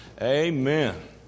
Amen